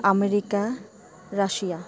America Russia